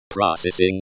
Processing